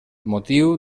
motiu